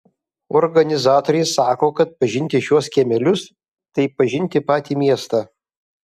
organizatoriai sako kad pažinti šiuos kiemelius tai pažinti patį miestą